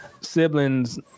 siblings –